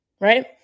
Right